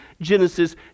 Genesis